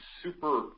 super